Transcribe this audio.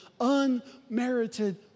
unmerited